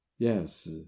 yes